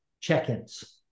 check-ins